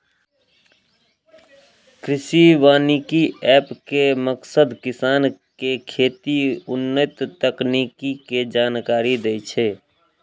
कृषि वानिकी एप के मकसद किसान कें खेती के उन्नत तकनीक के जानकारी देनाय छै